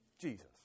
Jesus